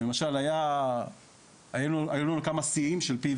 למשל, היו לנו כמה שיאים של PV